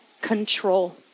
control